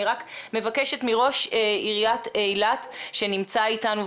אני רק מבקשת מראש עיריית אילת שנמצא איתנו,